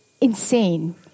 insane